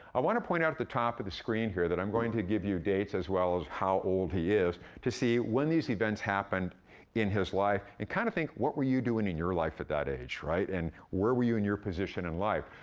i wanna point out at the top of the screen here that i'm going to give you dates as well as how old he is to see when these events happened in his life. and kinda kind of think, what were you doing in your life at that age, right? and where were you in your position in life?